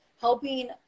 helping